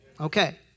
Okay